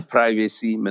Privacy